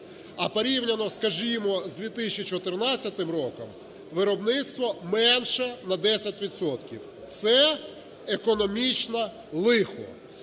А порівняно, скажімо, з 2014 роком виробництво менше на 10 відсотків. Це економічне лихо.